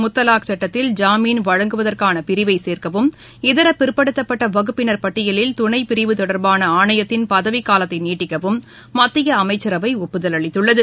முத்தலாக் சட்டத்தில் ஜாமீன் வழங்குவதற்கானபிரிவைசேர்க்கவும் இதரபிற்படுத்தப்பட்டவகுப்பின் பட்டியலில் துணைப் பிரிவு தொடர்பானஆணையத்தின் பதவிக்காலத்தைநீட்டிக்கவும் மத்தியஅமைச்சரவைஒப்புதல் அளித்துள்ளது